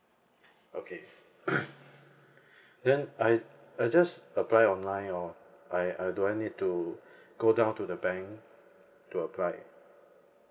okay then I I just apply online or I I do I need to go down to the bank to apply